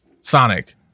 Sonic